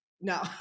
No